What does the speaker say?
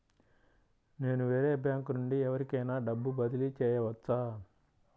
నేను వేరే బ్యాంకు నుండి ఎవరికైనా డబ్బు బదిలీ చేయవచ్చా?